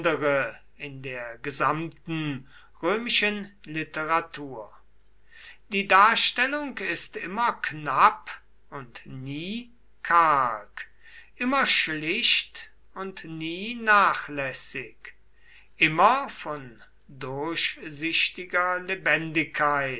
in der gesamten römischen literatur die darstellung ist immer knapp und nie karg immer schlicht und nie nachlässig immer von durchsichtiger lebendigkeit